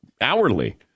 hourly